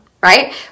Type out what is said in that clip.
right